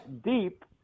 deep